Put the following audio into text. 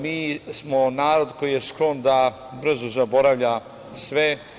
Mi smo narod koji je sklon da brzo zaboravlja sve.